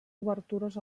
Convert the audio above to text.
obertures